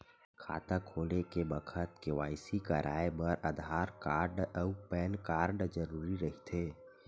खाता खोले के बखत के.वाइ.सी कराये बर आधार कार्ड अउ पैन कार्ड जरुरी रहिथे